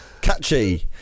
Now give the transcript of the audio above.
Catchy